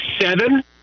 seven